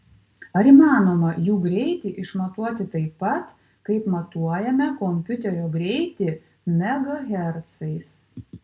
ar įmanoma jų greitį išmatuoti taip pat kaip matuojame kompiuterio greitį megahercais